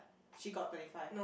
she got thirty five